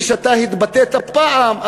וכפי שאתה התבטאת פעם,